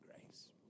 grace